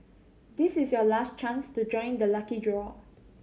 this is your last chance to join the lucky draw